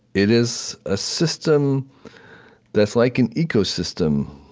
it is a system that's like an ecosystem,